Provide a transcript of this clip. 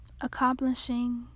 accomplishing